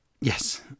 yes